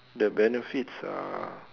the benefits are